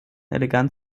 elegant